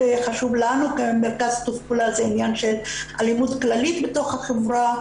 ולנו כמרכז לשיתוף פעולה זה העניין של אלימות כללית בתוך החברה